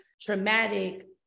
traumatic